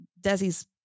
Desi's